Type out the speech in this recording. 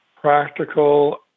practical